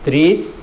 ત્રીસ